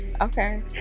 Okay